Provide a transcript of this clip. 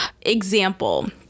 example